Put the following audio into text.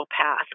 path